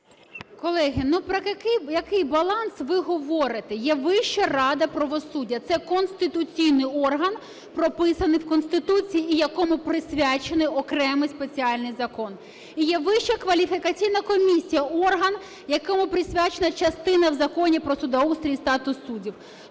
Колеги, ну, про який баланс ви говорите. Є Вища рада правосуддя – це конституційний орган, прописаний в Конституції і якому присвячений окремий спеціальний закон. І є Вища кваліфікаційна комісія – орган, якому присвячена частина в Законі "Про судоустрій і статус суддів".